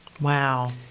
Wow